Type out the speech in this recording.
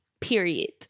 Period